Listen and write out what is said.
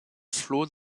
flots